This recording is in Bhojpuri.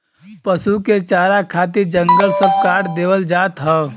पसु के चारा खातिर जंगल सब काट देवल जात हौ